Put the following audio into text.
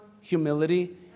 humility